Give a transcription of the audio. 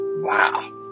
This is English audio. Wow